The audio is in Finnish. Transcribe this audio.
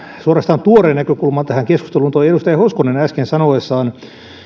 suorastaan tuoreen näkökulman tähän keskusteluun toi edustaja hoskonen äsken sanoessaan